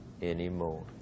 anymore